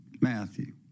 Matthew